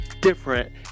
different